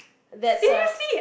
that's a